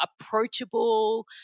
approachable